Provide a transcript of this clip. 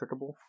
trickable